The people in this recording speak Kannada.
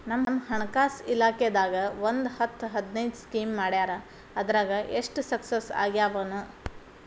ನಮ್ ಹಣಕಾಸ್ ಇಲಾಖೆದಾಗ ಒಂದ್ ಹತ್ತ್ ಹದಿನೈದು ಸ್ಕೇಮ್ ಮಾಡ್ಯಾರ ಅದ್ರಾಗ ಎಷ್ಟ ಸಕ್ಸಸ್ ಆಗ್ಯಾವನೋ